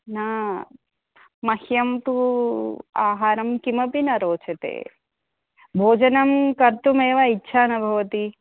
न मह्यं तु आहारः किमपि न रोचते भोजनं कर्तुमेव इच्छा न भवति